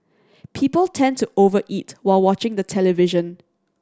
people tend to over eat while watching the television